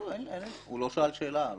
הוא לא שאל שאלה.